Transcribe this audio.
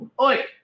Oi